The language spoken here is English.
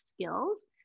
skills